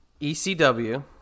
ECW